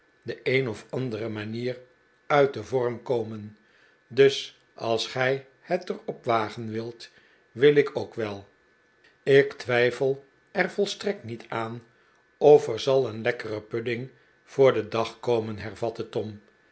de een of andere manier uit den vorm komen dus als gij het er op wagen wilt wil ik ook wel t ik twijfel er volstrekt niet aan of er zal een lekkere pudding voor den dag komen hervatte tom